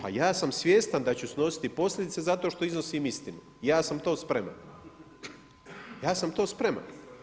Pa ja sam svjestan da ću snositi posljedice zato što iznosim istinu i ja sam to spreman, ja sam to spreman.